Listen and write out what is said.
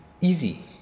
Easy